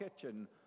kitchen